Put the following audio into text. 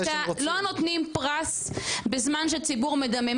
לא נותנים פרס בזמן שציבור מדמם.